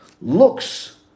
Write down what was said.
looks